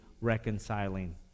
reconciling